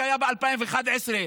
שהיה ב-2011,